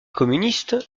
communistes